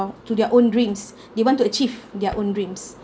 to their own dreams they want to achieve their own dreams